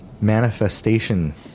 manifestation